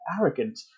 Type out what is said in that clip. arrogant